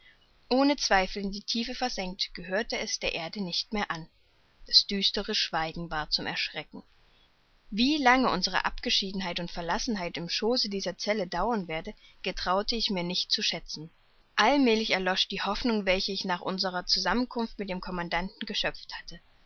ohne zweifel in die tiefe versenkt gehörte es der erde nicht mehr an das düstere schweigen war zum erschrecken wie lange unsere abgeschiedenheit und verlassenheit im schoße dieser zelle dauern werde getraute ich mir nicht zu schätzen allmälig erloschen die hoffnungen welche ich nach unserer zusammenkunft mit dem commandanten geschöpft hatte